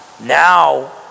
Now